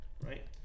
right